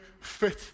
fit